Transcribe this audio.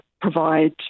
provide